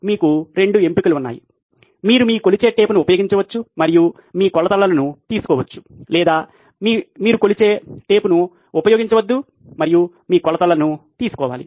మీకు 2 ఎంపికలు ఉన్నాయి మీరు మీ కొలిచే టేప్ను ఉపయోగించవచ్చు మరియు మీ కొలతలను తీసుకోవచ్చు లేదా మీ కొలిచే టేప్ను ఉపయోగించవద్దు మరియు మీ కొలతలను తీసుకోవాలి